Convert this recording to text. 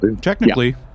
Technically